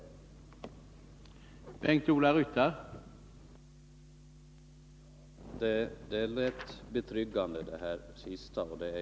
Måndagen den